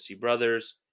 Brothers